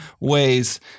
ways